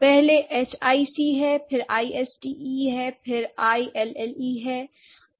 पहले h i c है फिर यह i s t e है फिर यह i l l e है